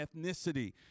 ethnicity